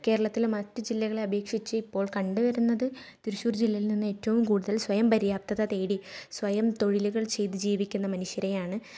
കേരളത്തിലെ മറ്റ് ജില്ലകളെ അപേക്ഷിച്ച് ഇപ്പോൾ കണ്ട് വരുന്നത് തൃശ്ശൂർ ജില്ലയിൽ നിന്ന് ഏറ്റവും കൂടുതൽ സ്വയം പര്യാപ്തത തേടി സ്വയം തൊഴിലുകൾ ചെയ്ത് ജീവിക്കുന്ന മനുഷ്യരെയാണ്